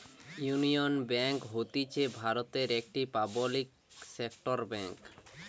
union bank হতিছে ভারতের একটি পাবলিক সেক্টর বেঙ্ক